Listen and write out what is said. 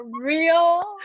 real